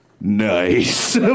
Nice